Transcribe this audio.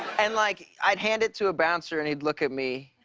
and, like, i'd hand it to a bouncer, and he'd look at me,